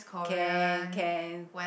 can can